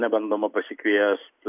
nebandoma pasikviest